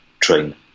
train